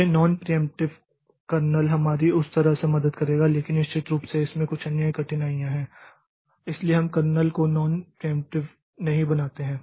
तो यह non preemptive kernel हमारी उस तरह से मदद करेगा लेकिन निश्चित रूप से इसमें कुछ अन्य कठिनाइयाँ हैं इसीलिए हम कर्नेल को नॉन प्रियेंप्टिव नहीं बनाते हैं